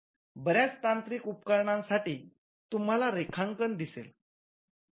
बर्याच यांत्रिक उपकरणांसाठी तुम्हाला रेखांकन दिसेल